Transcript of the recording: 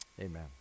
Amen